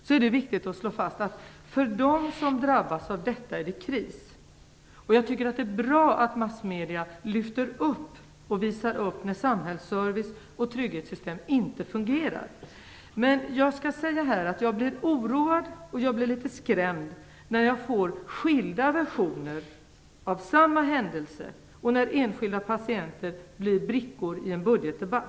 Det är viktigt att slå fast att för dem som drabbas av detta är det kris. Jag tycker att det är bra att massmedier lyfter fram och visar upp när samhällsservice och trygghetssystem inte fungerar. Men jag blir oroad och litet skrämd när jag får skilda versioner av samma händelse och när enskilda patienter blir brickor i en budgetdebatt.